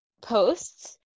posts